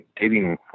dating